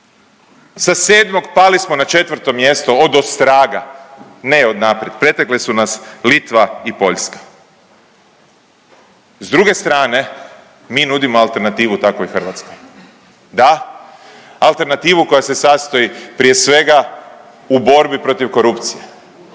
sa 7 pali smo na 4 mjesto odostraga, ne od naprijed. Pretekle su nas Litva i Poljska. S druge strane mi nudimo alternativu takvoj Hrvatskoj, da alternativu koja se sastoji prije svega u borbi protiv korupcije,